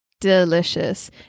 delicious